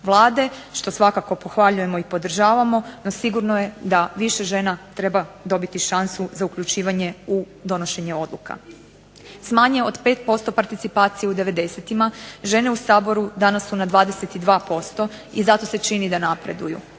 Vlade što svakako pohvaljujemo i podržavamo. No sigurno je da više žena treba dobiti šansu za uključivanje u donošenje odluka. S manje od 5% participacije u 90-tima, žene u Saboru danas su na 22% i zato se čini da napreduju.